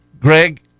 greg